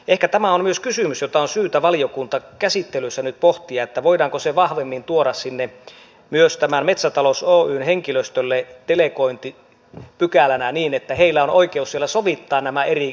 ehkä tämä on myös kysymys jota on syytä valiokuntakäsittelyssä nyt pohtia voidaanko se vahvemmin tuoda sinne myös tämän metsätalous oyn henkilöstölle delegointipykälänä niin että heillä on oikeus siellä sovittaa nämä eri maankäytön muodot yhteen